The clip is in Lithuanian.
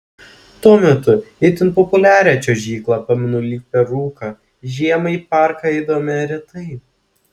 tuo metu itin populiarią čiuožyklą pamenu lyg per rūką žiemą į parką eidavome retai